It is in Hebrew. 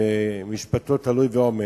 שמשפטו תלוי ועומד,